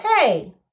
hey